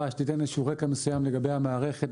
שתיתן איזשהו רקע מסוים לגבי המערכת,